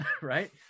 right